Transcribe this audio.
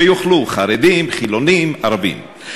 שיאכלו: חרדים, חילונים, ערבים.